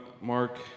Mark